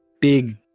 big